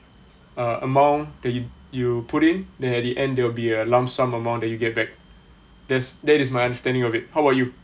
err amount that you you put in then at the end there will be a lump sum amount that you get back that's that is my understanding of it how about you